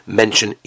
mention